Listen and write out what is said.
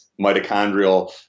mitochondrial